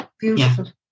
beautiful